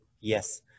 yes